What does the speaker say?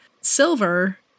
silver